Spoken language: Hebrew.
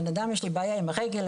יש לי בעיה עם הרגל,